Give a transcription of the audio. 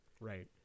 right